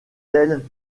telle